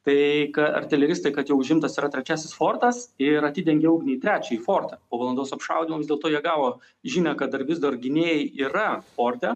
tai ką artileristai kad jau užimtas yra trečiasis fortas ir atidengė ugnį į trečiąjį fortą po valandos apšaudymo vis dėlto jie gavo žinią kad dar vis dar gynėjai yra forte